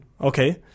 okay